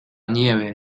nieve